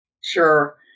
Sure